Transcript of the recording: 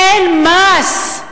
אין מס,